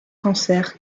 cancer